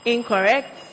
Incorrect